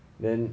then